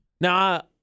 Now